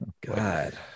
God